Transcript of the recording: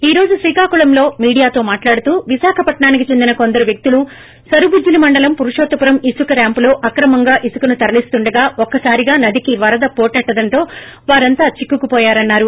ఈ రోజు శ్రీకాకుళంలో మీడియాతో మాట్లాడుతూ విశాఖపట్నా నికి చెందిన కొందరు వ్యక్తులు సరుబుజ్జిలీ మండలం పురుషోత్తపురం ఇసుక ర్యాంపులో అక్రమంగా ఇసుకను తరలిస్తండగా ఒక్కసారిగా నదికి వరద పోటెత్తడంతో వారంతా చిక్కుకు పోయారన్నారు